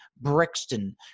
Brixton